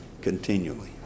continually